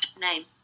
name